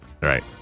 right